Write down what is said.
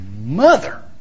mother